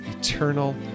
eternal